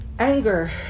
Anger